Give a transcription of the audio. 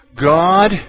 God